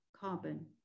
carbon